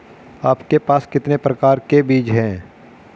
आपके पास कितने प्रकार के बीज हैं?